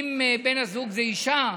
אם בן הזוג הוא אישה,